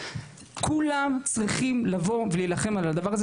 כולם צריכים לבוא ולהילחם על הדבר הזה.